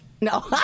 No